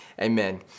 Amen